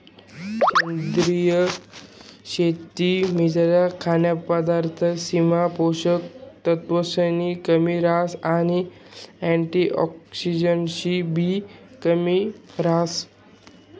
सेंद्रीय शेतीमझारला खाद्यपदार्थसमा पोषक तत्वसनी कमी रहास आणि अँटिऑक्सिडंट्सनीबी कमी रहास